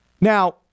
Now